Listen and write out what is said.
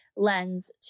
lens